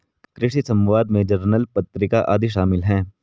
कृषि समवाद में जर्नल पत्रिका आदि शामिल हैं